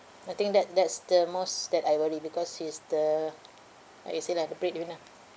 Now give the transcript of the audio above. I think that that's the most that I worry because he's the breadwinner lah